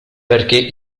perché